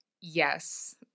Yes